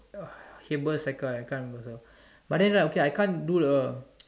Haber cycle I can't remember also but then right okay I can't do the